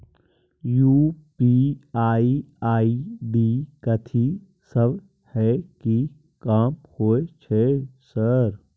UPI ID कथि सब हय कि काम होय छय सर?